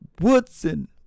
woodson